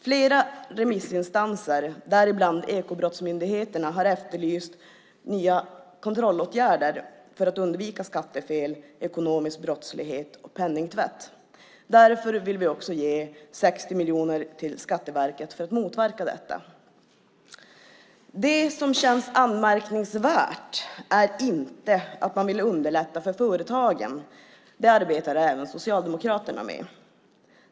Flera remissinstanser, däribland Ekobrottsmyndigheten, har efterlyst nya kontrollåtgärder för att undvika skattefel, ekonomisk brottslighet och penningtvätt. Därför vill vi också ge 60 miljoner till Skatteverket för att motverka detta. Det som känns anmärkningsvärt är inte att man vill underlätta för företagen. Det arbetar även Socialdemokraterna med.